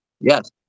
Yes